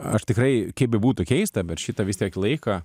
aš tikrai kaip bebūtų keista bet šita vis tiek laiką